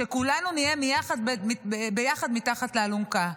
שכולנו נהיה ביחד מתחת לאלונקה.